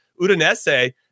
Udinese